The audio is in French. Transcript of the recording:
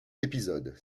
épisode